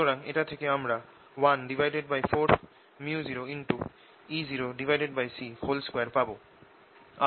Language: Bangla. সুতরাং এটা থেকে আমরা 14µ02 পাবো